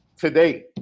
today